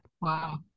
Wow